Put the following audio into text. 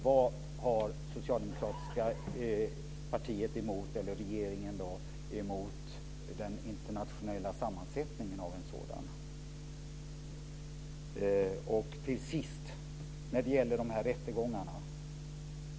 Vad har socialdemokratiska partiet eller regeringen emot den internationella sammansättningen av en gränsdragningskommission? Sist är det frågan om rättegångarna.